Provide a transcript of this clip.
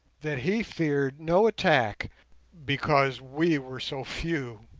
that he feared no attack because we were so few.